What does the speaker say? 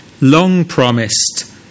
long-promised